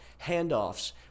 handoffs